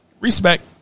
Respect